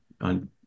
on